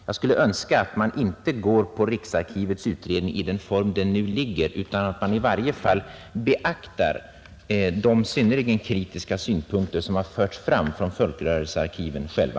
Jag skulle önska att man därvid inte går på riksarkivets utredning i den form den nu föreligger utan att man verkligen beaktar de synnerligen kritiska synpunkter som har förts fram från folkrörelsearkiven själva.